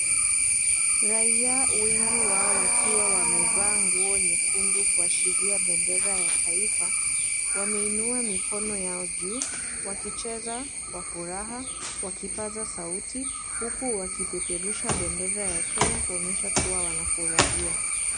Raia wengi wao wakiwa wamevaa nguo nyekundu kuashiria bendera ya taifa ,wameinua mikono yao juu, wakicheza kwa furaha wakipaza sauti huku wakipeperusha bendera ya Kenya kuonyesha kuwa wanafurahia.